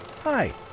Hi